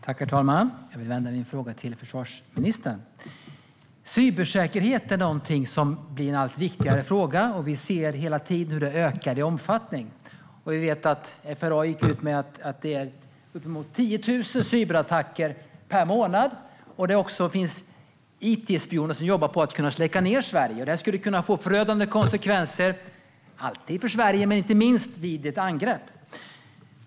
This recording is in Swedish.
Herr talman! Jag vill rikta min fråga till försvarsministern. Cybersäkerhet är någonting som blir en allt viktigare fråga. Vi ser hela tiden hur detta ökar i omfattning, och vi har hört FRA gå ut med att det sker uppemot 10 000 cyberattacker per månad. Det finns it-spioner som jobbar på att kunna släcka ned Sverige. Detta skulle alltid kunna få förödande konsekvenser för Sverige, men inte minst vid ett angrepp.